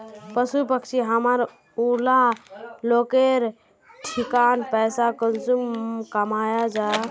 पशु पक्षी हमरा ऊला लोकेर ठिकिन पैसा कुंसम कमाया जा?